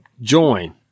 join